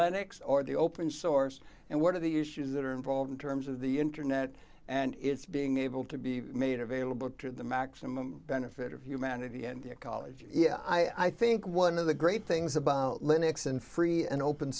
lennix or the open source and what are the issues that are involved in terms of the internet and it's being able to be made available to the maximum benefit of humanity and ecology i think one of the great things about linux and free and open